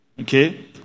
Okay